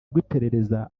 rw’iperereza